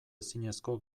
ezinezko